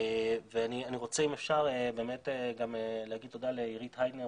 אני רוצה גם להגיד תודה לאירית היינר,